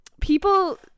people